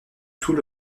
tout